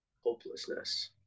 Hopelessness